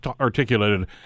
articulated